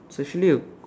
it's actually a